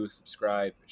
subscribe